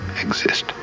exist